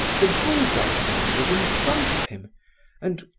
the bulldog woman was in front of him and,